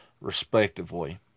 respectively